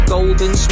Golden